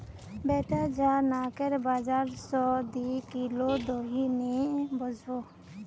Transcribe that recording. बेटा जा नाकेर बाजार स दी किलो दही ने वसबो